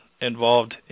involved